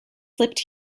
slipped